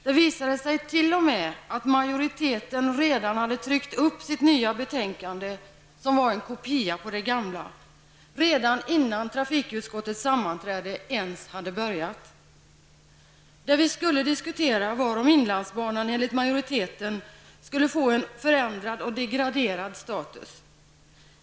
Det visade sig t.o.m. att majoriteten redan hade tryckt upp sitt nya betänkande, en kopia på det gamla, redan innan trafikutskottets sammanträde ens hade börjat. Det vi skulle diskutera var om inlandsbanan enligt majoriteten skulle få en förändrad och degraderad status.